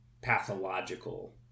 Pathological